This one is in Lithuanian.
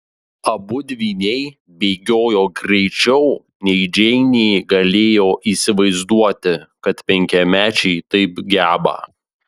abu dvyniai bėgiojo greičiau nei džeinė galėjo įsivaizduoti kad penkiamečiai taip geba